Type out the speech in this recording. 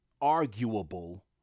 arguable